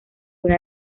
una